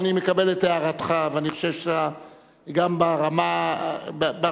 אני מקבל את הערתך, ואני חושב שגם ברמה הלאומית